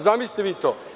Zamislite vi to.